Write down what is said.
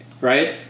Right